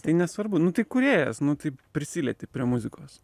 tai nesvarbu nu tai kūrėjas nu tai prisilieti prie muzikos